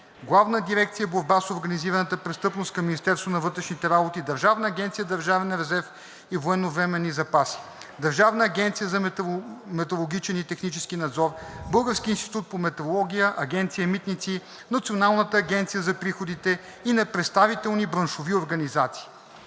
Главна дирекция „Борба с организираната престъпност“ към Министерството на вътрешните работи, Държавна агенция „Държавен резерв и военновременни запаси“, Държавната агенция за метрологичен и технически надзор, Българския институт по метрология, Агенция „Митници“, Националната агенция за приходите и на представителни браншови организации.